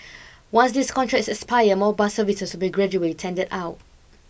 once these contracts expire more bus services will be gradually tendered out